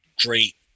great